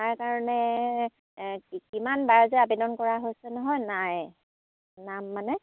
তাৰ কাৰণে কি কিমানবাৰ যে আবেদন কৰা হৈছে নহয় নাই নাম মানে